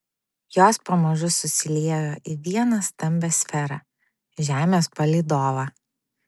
jos pamažu susiliejo į vieną stambią sferą žemės palydovą